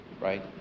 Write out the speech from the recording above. right